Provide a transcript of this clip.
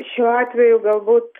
šiuo atveju galbūt